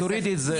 אז תורידי את זה.